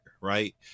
right